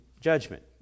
judgment